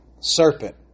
Serpent